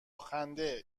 خنده